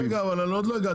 רגע, אבל עוד לא הגענו לזה.